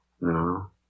No